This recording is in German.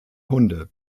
hunde